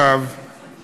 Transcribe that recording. אייכלר גבוה, ראיתי.